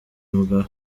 mugabe